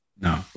No